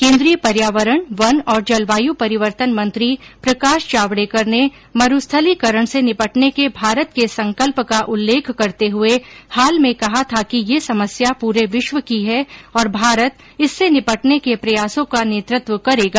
केन्द्रीय पर्यावरण वन और जलवायु परिवर्तन मंत्री प्रकाश जावडेकर ने मरुस्थलीकरण से निपटने के भारत के संकल्प का उल्लेख करते हुए हाल में कहा था कि यह समस्या पूरे विश्व की है और भारत इससे निपटने के प्रयासों का नेतृत्व करेगा